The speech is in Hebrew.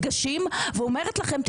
פה,